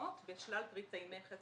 מסוימות בשלל פריטי מכס